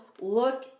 look